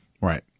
Right